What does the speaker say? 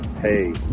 Hey